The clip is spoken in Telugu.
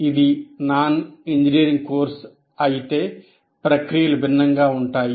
ఇది నాన్ ఇంజినీరింగ్ కోర్సు అయితే ప్రక్రియలు భిన్నంగా ఉంటాయి